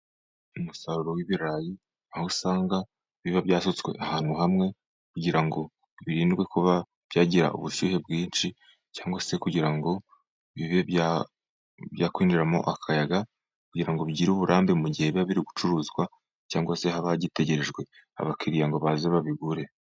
Umusaruro w'ibirayi, aho usanga biba byasutswe ahantu hamwe, kugira ngo birindwe kuba byagira ubushyuhe bwinshi, cyangwa se kugira ngo bibe byakwinjiramo akayaga, kugira ngo bigire uburambe mu gihe biba biri gucuruzwa, cyangwa se haba hagitegerejwe abakiriya ngo baze babigure.